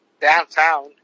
downtown